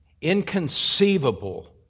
inconceivable